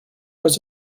was